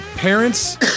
parents